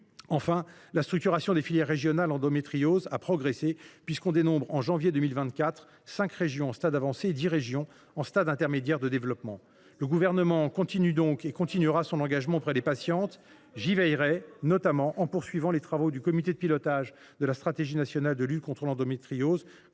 Enfin, la structuration des filières régionales pour la prise en charge de l’endométriose a progressé : on dénombre, en janvier 2024, cinq régions en stade avancé et dix régions en stade intermédiaire de développement. Le Gouvernement continue et continuera de s’engager auprès des patientes. J’y veillerai notamment en poursuivant les travaux du comité de pilotage de la stratégie nationale de lutte contre l’endométriose.